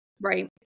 Right